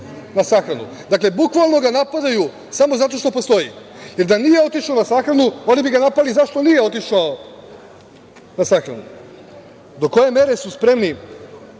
na sahranu. Dakle, bukvalno ga napadaju samo zato što postoji jer da nije otišao na sahranu, oni bi ga napali zašto nije otišao na sahranu. Do koje mere su spremni